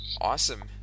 Awesome